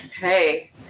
hey